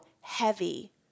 heavy